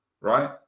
Right